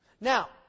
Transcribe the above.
Now